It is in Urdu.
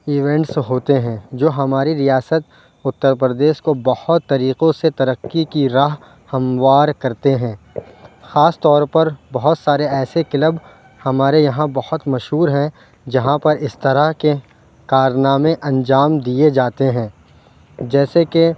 ایونٹس ہوتے ہیں جو ہماری ریاست اُتر پردیش کو بہت طریقوں سے ترقی کی راہ ہموار کرتے ہیں خاص طور پر بہت سارے ایسے کلب ہمارے یہاں بہت مشہور ہیں جہاں پر اِس طرح کے کارنامے انجام دیے جاتے ہیں جیسے کہ